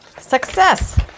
success